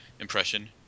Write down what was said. impression